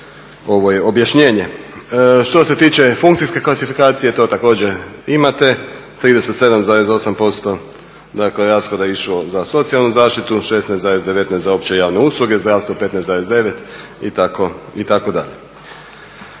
ovo je objašnjenje. Što se tiče funkcijske klasifikacije to također imate, 37,8% rashoda je išlo za socijalnu zaštitu, 16,19 za opće javne usluge, zdravstvo 15,9 itd.